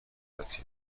صورت